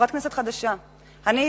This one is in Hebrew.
חברת כנסת חדשה: אני,